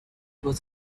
was